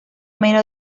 meno